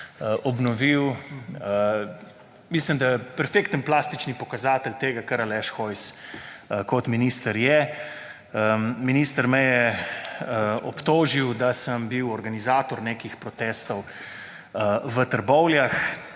obnovil. Mislim, da je perfekten plastični pokazatelj tega, kar Aleš Hojs kot minister je. Minister me je obtožil, da sem bil organizator nekih protestov v Trbovljah,